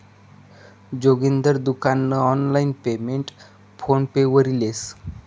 जोगिंदर दुकान नं online payment PhonePe वरी लेस